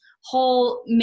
whole